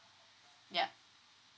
yup